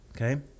okay